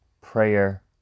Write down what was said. Prayer